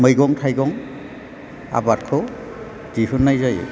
मैगं थाइगं आबादखौ दिहुननाय जायो